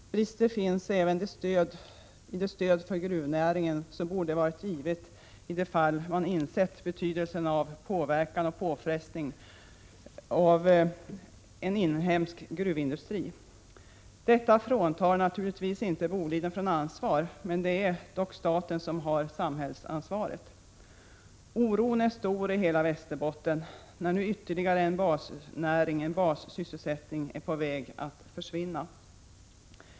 Brister finns även i det stöd för gruvnäringen som borde ha varit givet om man insett betydelsen av en inhemsk gruvindustri. Detta fråntar naturligtvis inte Boliden dess ansvar, men det är ändå staten som har samhällsansvaret. Oron är stor i hela Västerbotten när nu ytterligare en bassysselsättning är på väg att försvinna.